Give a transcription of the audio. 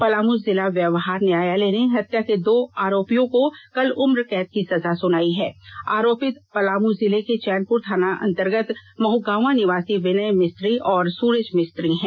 पलामू जिला व्यवहार न्यायालय ने हत्या के दो आरोपित को कल उम्र कैद की सजा सुनाई है आरोपिंत पलामू जिले के चैनपुर थाना अंतर्गत महगावां निवासी विनय मिस्त्री और सुरज मिस्त्री है